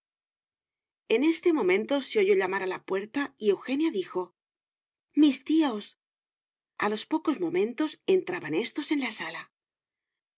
en este momento se oyó llamar a la puerta y eugenia dijo mis tíos a los pocos momentos entraban éstos en la sala